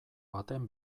baten